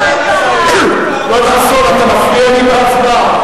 אתה מפריע לי בהצבעה.